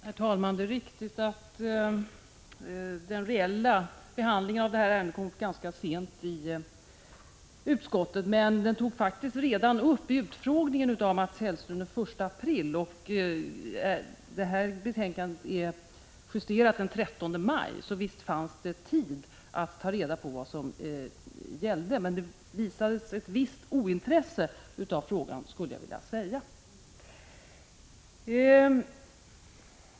Herr talman! Det är riktigt att den reella behandlingen av detta ärende kom upp ganska sent i utskottet, men frågan togs faktiskt upp redan vid utfrågningen av Mats Hellström den 1 april. Det här betänkandet justerades den 13 maj, så visst fanns det tid att ta reda på vad som gällde. Det visades emellertid ett visst ointresse för frågan, skulle jag vilja säga.